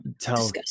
Tell